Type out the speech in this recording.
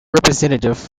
representative